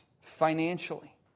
financially